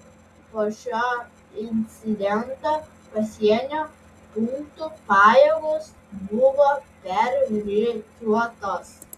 po šio incidento pasienio punktų pajėgos buvo perrikiuotos